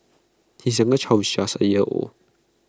his youngest child is just A year old